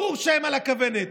ברור שהם על הכוונת.